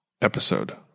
episode